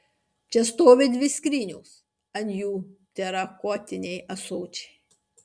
čia stovi dvi skrynios ant jų terakotiniai ąsočiai